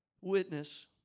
witness